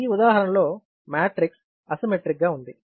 ఈ ఉదాహరణ లో మ్యాట్రిక్స్ అసిమెట్రిక్ గా ఉంది